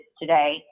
today